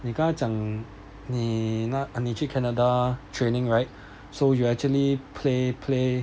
你刚刚讲你那你去 canada training right so you actually play play